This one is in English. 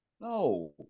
no